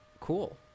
Cool